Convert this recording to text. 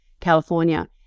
California